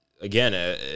again